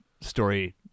story